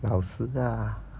老师啦